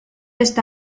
esta